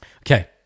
Okay